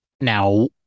Now